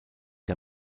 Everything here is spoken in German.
der